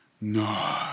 no